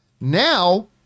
now